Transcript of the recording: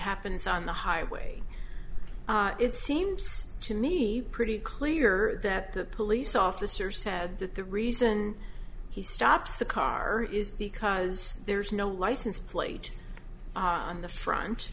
happens on the highway it seems to me pretty clear that the police officer said that the reason he stops the car is because there's no license plate on the front